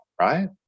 right